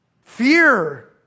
Fear